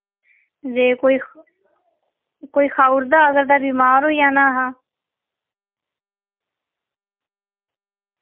ते कोई कोई खाऊड़दा ते बीमार होई जाना हा